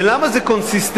ולמה זה קונסיסטנטי?